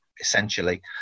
essentially